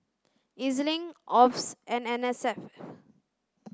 E Z Link OBS and N S F